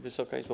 Wysoka Izbo!